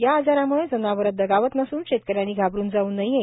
या आजारामुळे जनावरे दगावत नसून शेतकऱ्यांनी घाबरुन जाऊ नये